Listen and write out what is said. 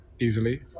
easily